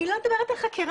אני לא מדברת על חקירה.